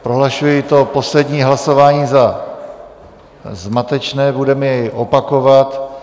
Prohlašuji poslední hlasování za zmatečné, budeme jej opakovat.